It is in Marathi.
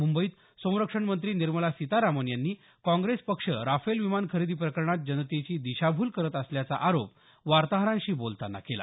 मुंबईत संरक्षण मंत्री निर्मला सीतारामन यांनी काँग्रेस पक्ष राफेल विमान खरेदी प्रकरणात जनतेची दिशाभूल करत असल्याचा आरोप वार्ताहरांशी बोलतांना केला